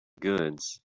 goods